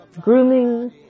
Grooming